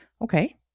Okay